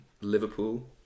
Liverpool